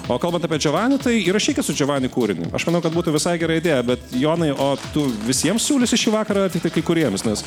o kalbant apie jovani tai įrašykit su jovani kūrinį aš manau kad būtų visai gera idėja bet jonai o tu visiems siūlysi šį vakarą ar tiktai kai kuriems nes